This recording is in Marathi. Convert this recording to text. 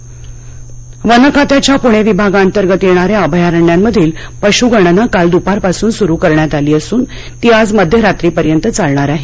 वन्यगणना वन खात्याच्या पुणे विभागाअंतर्गत येणाऱ्या अभयारण्यामधील पशुगणना काल दुपारपासून सुरु करण्यात आली असून ती आज मध्यरात्रीपर्यंत चालणार आहे